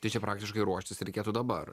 tai čia praktiškai ruoštis reikėtų dabar